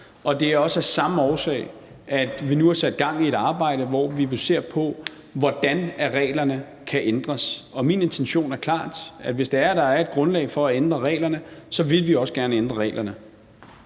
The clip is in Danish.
Det er også af samme årsag, at vi nu har sat gang i et arbejde, hvor vi ser på, hvordan reglerne kan ændres. Min intention er klart, at hvis der er grundlag for at ændre reglerne, vil vi også gerne ændre reglerne.